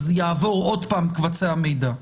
אז יעברו עוד פעם קבצי המידע.